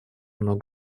много